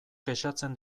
kexatzen